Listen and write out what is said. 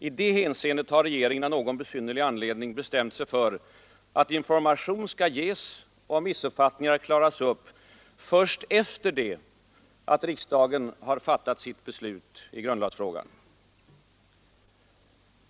I det hänseendet har regeringen av någon besynnerlig anledning bestämt sig för att information skall ges och missuppfattningar klaras upp först efter det att riksdagen beslutat i grundlagsfrågan.